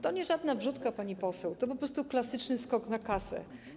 To nie żadna wrzutka, pani poseł, to po prostu klasyczny skok na kasę.